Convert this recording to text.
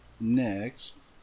next